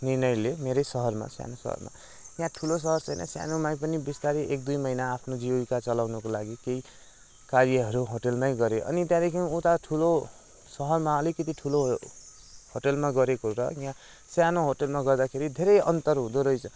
निर्णय लिएँ मेरै सहरमा सानो सहरमा यहाँ ठुलो सहर छैन सानोमै पनि बिस्तारै एक दुई महिना आफ्नो जीविका चलाउनुको लागि केही कार्यहरू होटेलमै गरेँ अनि त्यहाँदेखि उता ठुलो सहरमा अलिकति ठुलो सहरमा र सानो सहरमा गर्दाखेरि धेरै अन्तर हुँदो रहेछ